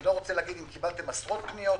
אני לא רוצה להגיד אם קיבלתם עשרות פניות,